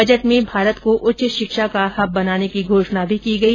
budget में भारत को उच्च शिक्षा का हब बनाने की घोषणा भी की गई